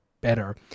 better